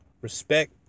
Respect